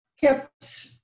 kept